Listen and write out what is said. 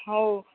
हो